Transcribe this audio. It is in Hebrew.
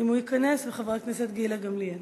אם הוא ייכנס, וחברת הכנסת גילה גמליאל.